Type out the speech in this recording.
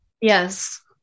Yes